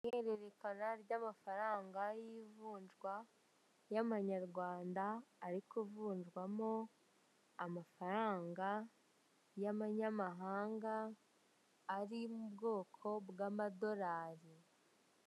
Ihererekanya ry'amafaranga y'ivunjwa y'Amanyarwanda, ari kuvunjwamo amafaranga y'amanyamahanga, ari mu bwoko bw'amadorali.